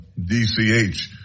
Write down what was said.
DCH